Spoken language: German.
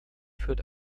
führt